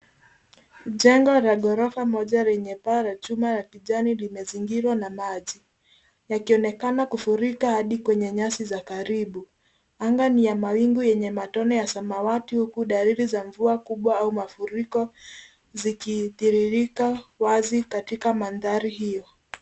Jengo la ghorofa moja lenye paa la chuma la kijani limezingirwa na maji yakionekana kufurika hadi kwenye nyasi za karibu. Anga ni ya mawingu yenye matone ya samawati huku dalili za mvua kubwa au mafuriko zikidhihirika wazi katika mandhari hiyo.